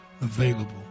available